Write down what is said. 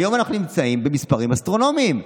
והיום אנחנו נמצאים במספרים אסטרונומיים,